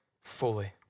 fully